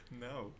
no